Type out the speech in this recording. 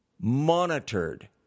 monitored